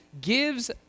gives